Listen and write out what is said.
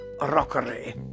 rockery